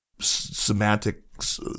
semantics